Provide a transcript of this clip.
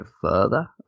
further